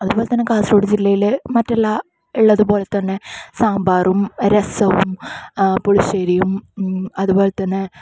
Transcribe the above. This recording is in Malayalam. അതുപോലെ തന്നെ കാസർഗോഡ് ജില്ലയില് മറ്റുള്ള ഉള്ളത് പോലെ തന്നെ സാമ്പാറും രസവും പുളിശ്ശേരിയും അതുപോലെ തന്നെ